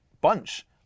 bunch